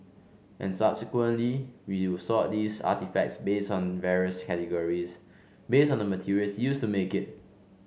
and subsequently we will sort these artefacts based on various categories based on the materials used to make it